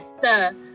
sir